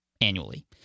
annually